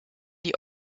die